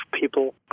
people